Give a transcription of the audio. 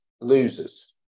losers